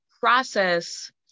process